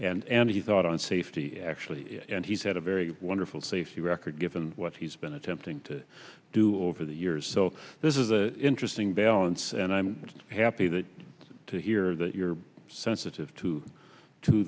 and and and he thought on safety actually and he's had a very wonderful safety record given what he's been attempting to do over the years so this is an interesting balance and i'm happy that to hear that you're sensitive to to